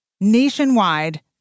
nationwide